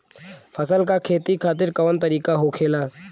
फसल का खेती खातिर कवन तरीका होखेला?